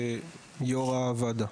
כיושב-ראש הוועדה.